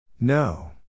no